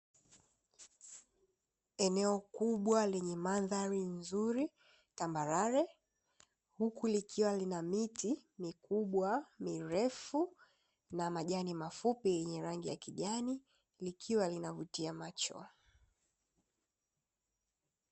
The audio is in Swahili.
Eneo kubwa lenye mandhari nzuri tambarare, huku likiwa lina miti mikubwa mirefu, na majani mafupi yenye rangi ya kijani; likiwa linavutia macho.